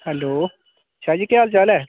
hello Shah ji केह् हाल चाल ऐ